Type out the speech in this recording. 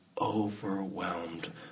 overwhelmed